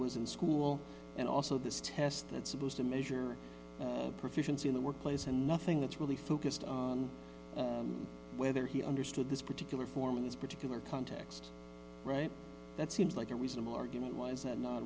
was in school and also this test that's supposed to measure proficiency in the workplace and nothing that's really focused on whether he understood this particular form in this particular context right that seems like a reasonable argument why is that not